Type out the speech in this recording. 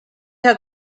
had